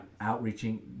outreaching